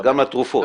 וגם לתרופות,